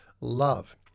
love